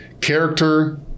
character